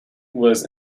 was